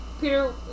Peter